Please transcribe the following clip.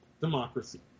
democracy